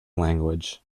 language